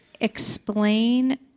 explain